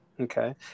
Okay